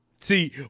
see